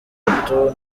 gatatu